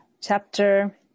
chapter